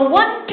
one